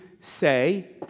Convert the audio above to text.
say